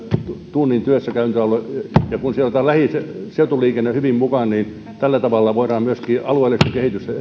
tunnin työssäkäyntialue ja kun siihen otetaan lähiseutuliikenne hyvin mukaan niin tällä tavalla voidaan myöskin alueellista kehitystä